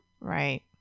Right